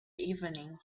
evening